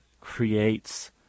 creates